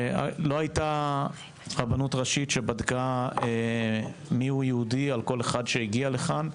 לא הייתה רבנות ראשית שבדקה מיהו יהודי על כל אחד שהגיע לכאן,